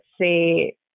say